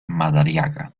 madariaga